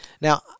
Now